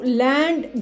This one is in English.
land